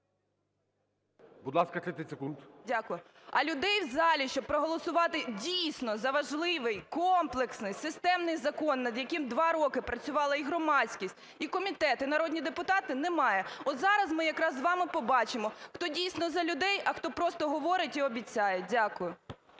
Будь ласка, 30 секунд. СОТНИК О.С. Дякую. А людей в залі, щоб проголосувати, дійсно, за важливий комплексний системний закон, над яким 2 роки працювала і громадськість, і комітет, і народні депутати, немає. От зараз ми якраз з вами побачимо, хто, дійсно, за людей, а хто просто говорить і обіцяє. Дякую.